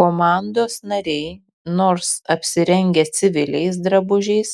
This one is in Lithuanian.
komandos nariai nors apsirengę civiliais drabužiais